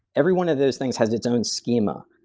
every one of those things has its own schema.